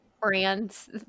brands